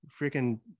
freaking